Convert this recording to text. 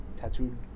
tattooed